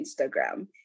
Instagram